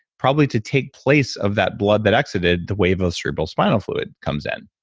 probably to take place of that blood that exited, the wave of cerebral spinal fluid comes in.